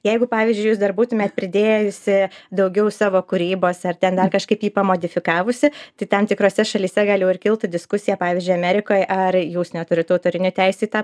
jeigu pavyzdžiui jūs dar būtumėt pridėjusi daugiau savo kūrybos ar ten dar kažkaip jį pamodifikavusi tai tam tikrose šalyse gal jau ir kiltų diskusija pavyzdžiui amerikoj ar jūs neturit autorinių teisių į tą